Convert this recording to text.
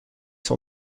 son